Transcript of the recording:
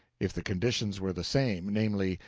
if the conditions were the same, namely,